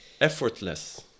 Effortless